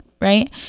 right